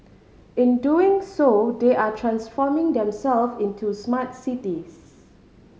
in doing so they are transforming themselves into smart cities